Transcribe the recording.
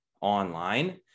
online